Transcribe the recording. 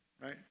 right